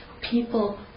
people